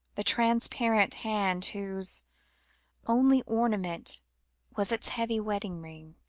the transparent hand, whose only ornament was its heavy wedding ring,